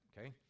okay